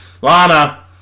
Lana